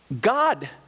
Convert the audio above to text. God